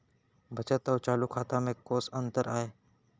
बचत अऊ चालू खाता में कोस अंतर आय?